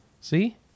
See